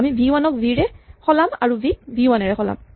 আমি ভি ৱান ক ভি ৰে সলাম আৰু ভি ক ভি ৱান ৰে সলাম